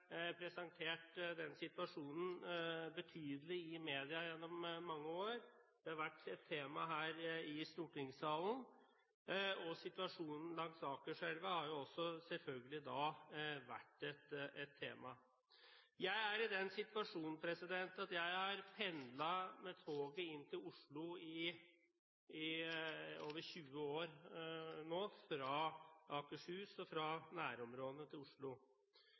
i media i mange år. Det har vært et tema her i stortingssalen. Situasjonen langs Akerselva har selvfølgelig også da vært et tema. Jeg er i den situasjonen at jeg har pendlet med toget inn til Oslo i over 20 år, fra Akershus og fra nærområdene til Oslo.